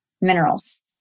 minerals